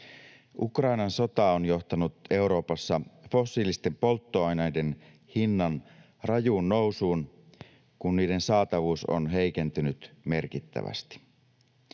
Ukrainan sota on johtanut Euroopassa fossiilisten polttoaineiden hinnan rajuun nousuun, kun niiden saatavuus on heikentynyt merkittävästi.